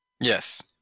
Yes